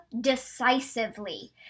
decisively